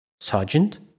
Sergeant